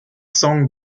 song